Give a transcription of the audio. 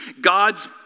God's